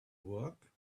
work